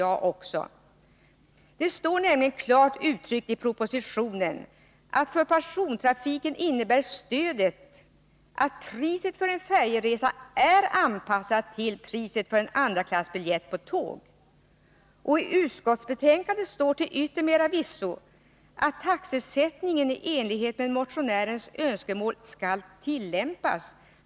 Av propositionen framgår det klart att för persontrafiken innebär stödet att priset för en färjeresa är anpassat till priset för en tågbiljett andra klass. Till yttermera visso står det i utskottsbetänkandet att taxesättningen i enlighet med motionärens önskemål skall tillämpas.